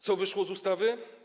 Co wyszło z ustawy?